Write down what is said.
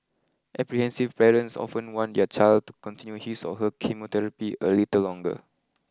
apprehensive parents often want their child continue his or her chemotherapy a little longer